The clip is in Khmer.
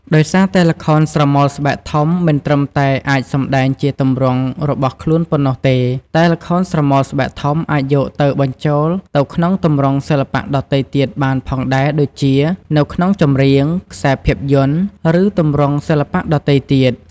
ដោយសារតែល្ខោនស្រមោលស្បែកធំមិនត្រឹមតែអាចសម្ដែងជាទម្រង់របស់ខ្នួនប៉ុណ្ណោះទេ តែល្ខោនស្រមោលស្បែកធំអាចយកទៅបញ្ជូលទៅក្នុងទម្រង់សិល្បៈដទៃទៀតបានផងដែរដូចជា នៅក្នុងចម្រៀង ខ្សែរភាពយន្ដ ឬទម្រង់សិល្បៈដទៃទៀត។